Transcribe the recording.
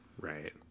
Right